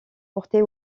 portait